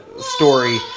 story